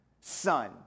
son